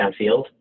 downfield